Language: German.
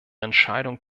entscheidung